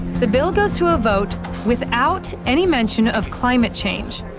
the bill goes to a vote without any mention of climate change,